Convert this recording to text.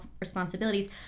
responsibilities